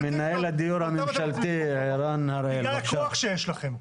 בגלל הכוח שיש לכם,